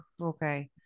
Okay